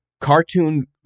cartoon